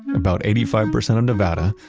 about eighty five percent of nevada,